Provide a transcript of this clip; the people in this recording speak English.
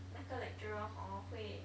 那个 lecturer hor 会